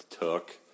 took